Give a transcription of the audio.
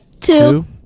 Two